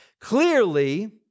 Clearly